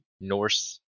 Norse